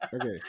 okay